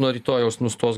nuo rytojaus nustos